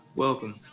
Welcome